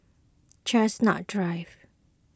Chestnut Drive